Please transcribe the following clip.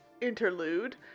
interlude